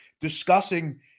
discussing